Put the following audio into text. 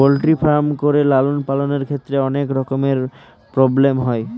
poultry farm করে লালন পালনের ক্ষেত্রে অনেক রকমের প্রব্লেম হয়